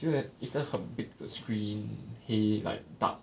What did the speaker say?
就一个 big 的 screen 黑 like dark